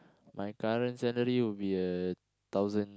my currently salary would be a thousand